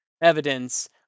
evidence